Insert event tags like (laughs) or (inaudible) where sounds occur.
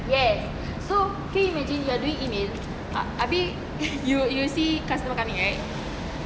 yes so can you imagine you are doing email abeh (laughs) you you see customer coming right